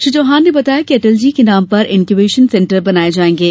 श्री चौहान ने बताया कि अटल जी के नाम पर इंक्यूबेशन सेंटर बनाये जायेंगे